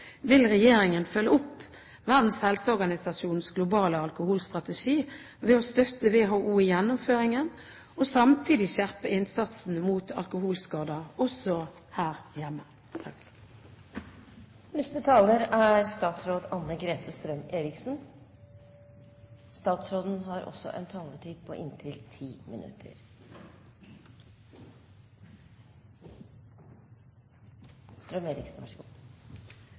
Vil regjeringen følge opp Verdens helseorganisasjons globale alkoholstrategi ved å støtte WHO i gjennomføringen og samtidig skjerpe innsatsen mot alkoholskader også her hjemme? Interpellanten Dåvøy tar opp et svært viktig tema. Norge har